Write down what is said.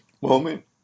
moment